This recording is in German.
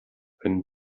wenn